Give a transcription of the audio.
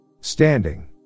Standing